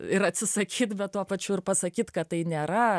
ir atsisakyt bet tuo pačiu ir pasakyt kad tai nėra